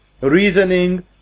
reasoning